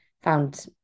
found